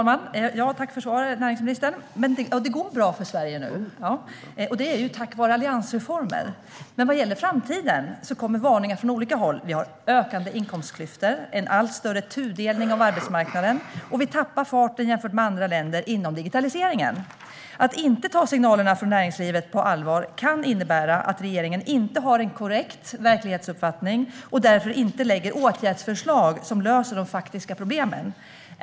Fru talman! Tack för svaret, näringsministern! Det går bra för Sverige nu, ja. Det är tack vare alliansreformer. Vad gäller framtiden kommer det dock varningar från olika håll. Vi har ökande inkomstklyftor och en allt större tudelning av arbetsmarknaden. Vi tappar också fart inom digitaliseringen jämfört med andra länder. Att inte ta signalerna från näringslivet på allvar kan innebära att regeringen inte har en korrekt verklighetsuppfattning och därför inte lägger fram åtgärdsförslag som löser de faktiska problemen.